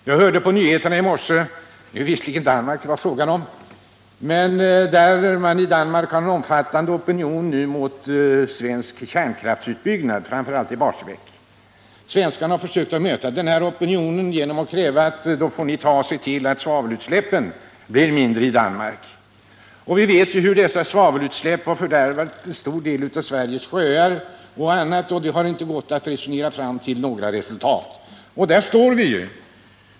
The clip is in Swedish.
Jag hörde på nyheterna i morse att det i Danmark finns en omfattande opinion mot svensk kärnkraftsutbyggnad, framför allt i Barsebäck. Svenskarna har försökt möta denna opinion genom att kräva att man i Danmark ser till att svavelutsläppen där blir mindre. Vi vet hur dessa svavelutsläpp har fördärvat en stor del av Sveriges sjöar. Men det har inte gått att resonera sig fram till några resultat, och där står vi nu.